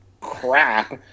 crap